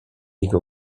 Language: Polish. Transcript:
jego